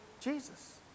Jesus